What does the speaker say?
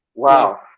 Wow